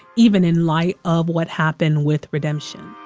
even in light of what happened with redemption.